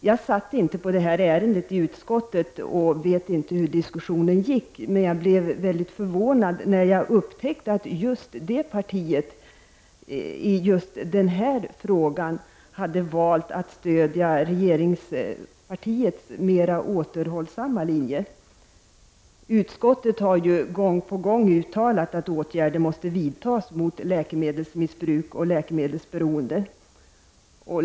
Jag har inte varit med vid behandlingen av detta ärende i utskottet, och jag vet inte hur diskussionerna fördes, men jag blev mycket förvånad när jag upptäckte att just det partiet i just den här frågan valt att stödja regeringspartiets mer återhållsamma linje. Utskottet har ju gång på gång uttalat att åtgärder måste vidtas mot läkemedelsmissbruk och läkemedelsberoende.